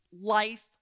life